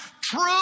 True